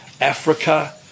Africa